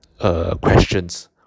questions